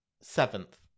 seventh